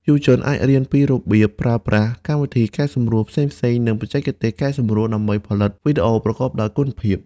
យុវជនអាចរៀនពីរបៀបប្រើប្រាស់កម្មវិធីកែសម្រួលផ្សេងៗ និងបច្ចេកទេសកែសម្រួលដើម្បីផលិតវីដេអូប្រកបដោយគុណភាព។